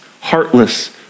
heartless